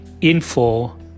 info